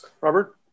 Robert